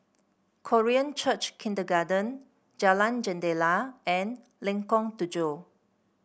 Korean Church Kindergarten Jalan Jendela and Lengkong Tujuh